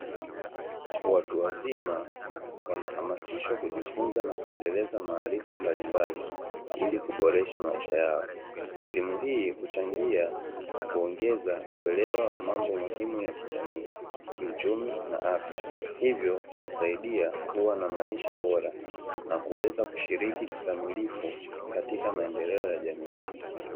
Watu wazima wanahamasishwa kujifunza na kuendeleza maarifa mbalimbali ili kuboresha maisha yao, elimu hii huchangia kuongeza uelewa wa mambo muhimu ya kijamii, kiuchumi na afya, hivyo kuwasaidia kuwa na maisha bora na kuweza kushiriki kikamilifu katika maendeleo ya jamii.